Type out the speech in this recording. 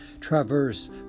traverse